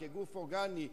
כגוף אורגני,